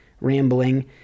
rambling